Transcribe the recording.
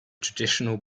traditional